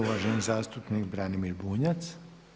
uvaženi zastupnik Branimir Bunjac.